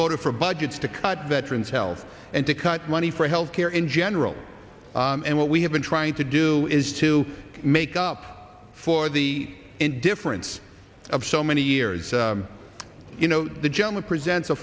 voted for budgets to cut veterans health and to cut money for health care in general and what we have been trying to do is to make up for the indifference of so many years you know the general presents a